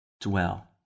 dwell